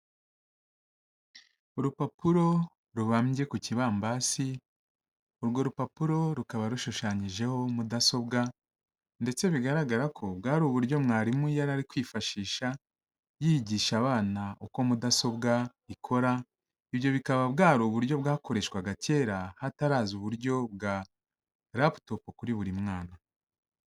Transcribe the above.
Urupapuro rubambye ku kibambasi, urwo rupapuro rukaba rushushanyijeho mudasobwa, ndetse bigaragara ko bwari uburyo mwarimu yari ari kwifashisha yigisha abana uko mudasobwa ikora, ibyo bikaba bwari uburyo bwakoreshwaga kera hataraza uburyo bwa laptop kuri buri mwana.